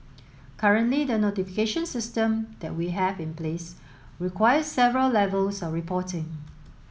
currently the notification system that we have in place requires several levels of reporting